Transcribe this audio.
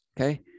okay